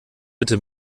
bitte